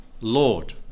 Lord